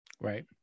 Right